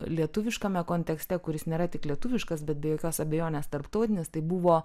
lietuviškame kontekste kuris nėra tik lietuviškas bet be jokios abejonės tarptautinis tai buvo